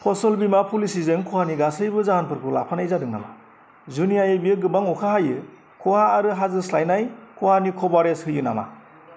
फसल बीमा पलिसिजों खहानि गासैबो जाहोनफोरखौ लाफानाय जादों नामा जुनियै बे गोबां अखा हायो खहा आरो हाजो स्लायनाय खहानि कभारेज होयो नामा